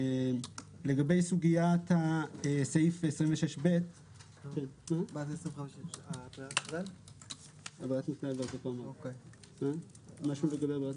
לגבי סוגית ההגדרה של הפעולות הנדרשות, מבחינת